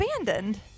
abandoned